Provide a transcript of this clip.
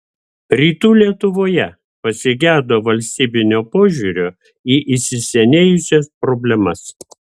rytų lietuvoje pasigedo valstybinio požiūrio į įsisenėjusias problemas